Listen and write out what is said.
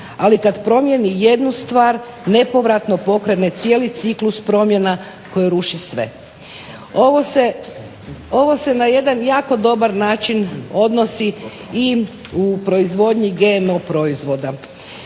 ali kad promijeni jednu stvar nepovratno pokrene cijeli ciklus promjena koje ruši sve. Ovo se na jedan jako dobar način odnosi i u proizvodnji GMO proizvoda.